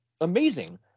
amazing